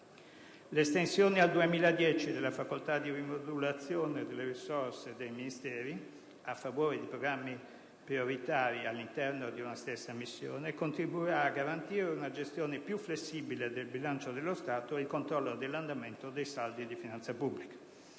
L'estensione al 2010 della facoltà di rimodulazione delle risorse dei Ministeri a favore di programmi prioritari all'interno di una stessa missione contribuirà a garantire una gestione più flessibile del bilancio dello Stato e il controllo dell'andamento dei saldi di finanza pubblica.